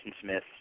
smith